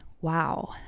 wow